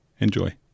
Enjoy